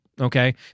Okay